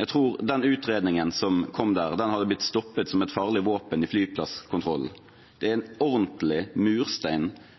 Jeg tror den utredningen som kom der, hadde blitt stoppet som et farlig våpen i flyplasskontrollen. Det er en ordentlig murstein